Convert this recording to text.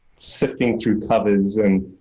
sifting through covers and,